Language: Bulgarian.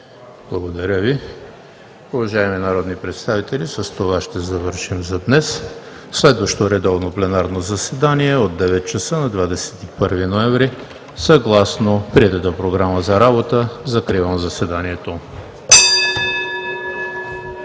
Благодаря Ви. Уважаеми народни представители, с това ще завършим за днес. Следващо редовно пленарно заседание – от 9,00 ч. на 21 ноември 2019 г. съгласно приетата Програма за работа. Закривам заседанието.